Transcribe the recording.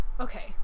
Okay